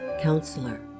counselor